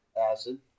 acid